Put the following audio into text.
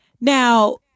now